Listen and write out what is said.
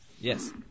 Yes